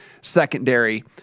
secondary